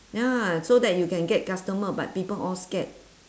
ya so that you can get customer but people all scared